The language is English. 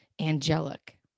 angelic